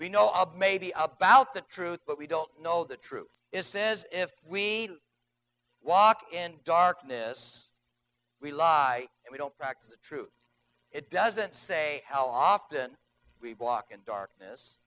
we know of maybe about the truth but we don't know the truth is says if we walk in darkness we lie and we don't practice truth it doesn't say how often we block in darkness